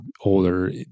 older